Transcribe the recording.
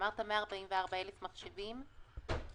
אמרת ש-144,000 מחשבים?